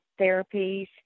therapies